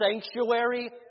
sanctuary